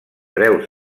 preus